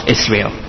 Israel